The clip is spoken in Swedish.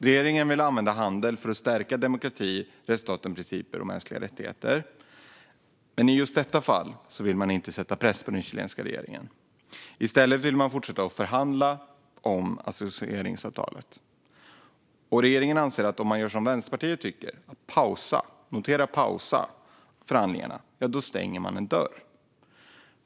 Regeringen vill använda handel för att stärka demokrati, rättsstatens principer och mänskliga rättigheter, men i just detta fall vill man inte sätta press på den chilenska regeringen. I stället vill man fortsätta att förhandla om associeringsavtalet. Regeringen anser att om man gör som Vänsterpartiet tycker och pausar förhandlingarna, notera pausar, då stänger man en dörr.